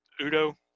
Udo